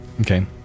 Okay